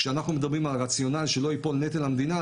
כשאנחנו מדברים על הרציונל שלא ייפול נטל על המדינה,